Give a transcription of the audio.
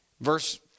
Verse